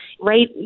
right